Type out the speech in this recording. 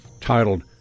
titled